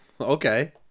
okay